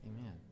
Amen